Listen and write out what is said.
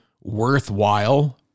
worthwhile